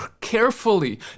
carefully